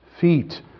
Feet